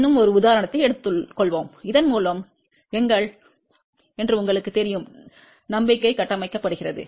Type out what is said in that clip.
இன்னும் ஒரு உதாரணத்தை எடுத்துக்கொள்வோம் இதன்மூலம் எங்கள் என்று உங்களுக்குத் தெரியும் நம்பிக்கை கட்டமைக்கப்படுகிறது